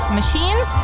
machines